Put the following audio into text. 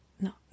no